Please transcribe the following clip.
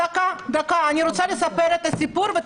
רק דקה, אני רוצה לספר את הסיפור.